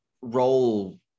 role